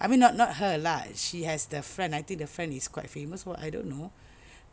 I mean not not her lah she has the friend I think her friend is quite famous so I don't know